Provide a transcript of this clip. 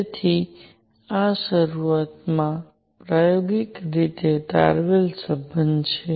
તેથી આ શરૂઆતમાં પ્રાયોગિક રીતે તારવેલ સંબંધ છે